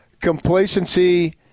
Complacency